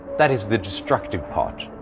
that is the, destructive part.